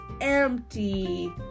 empty